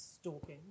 stalking